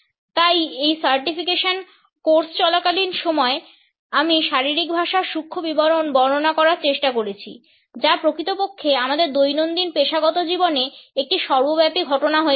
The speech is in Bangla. তাই এই সার্টিফিকেশন কোর্স চলাকালীন সময় আমি শারীরিক ভাষার সূক্ষ্ম বিবরণ বর্ণনা করার চেষ্টা করেছি যা প্রকৃতপক্ষে আমাদের দৈনন্দিন পেশাগত জীবনে একটি সর্বব্যাপী ঘটনা হয়ে উঠেছে